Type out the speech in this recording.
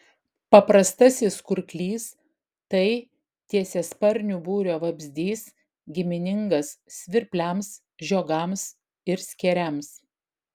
paprastasis kurklys tai tiesiasparnių būrio vabzdys giminingas svirpliams žiogams ir skėriams